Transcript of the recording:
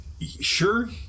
sure